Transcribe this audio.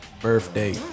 birthday